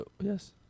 Yes